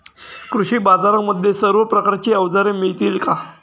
कृषी बाजारांमध्ये सर्व प्रकारची अवजारे मिळतील का?